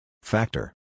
Factor